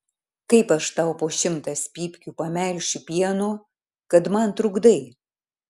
kaip aš tau po šimtas pypkių pamelšiu pieno kad man trukdai